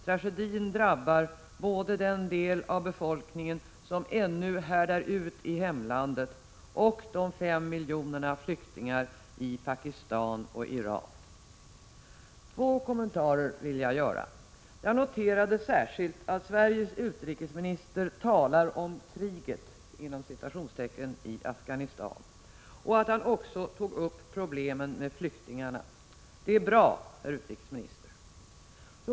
Tragedin drabbar både den del av befolkningen som ännu härdar ut i hemlandet och de fem miljonerna flyktingar i Pakistan och Iran. Jag vill göra två kommentarer. Jag noterade särskilt att Sveriges utrikesminister talade om ”kriget” i Afghanistan och att han också tog upp problemen för flyktingarna. Det är bra, herr utrikesminister.